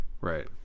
Right